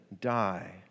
die